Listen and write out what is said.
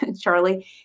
Charlie